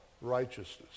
righteousness